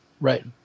right